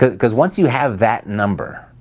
because once you have that number,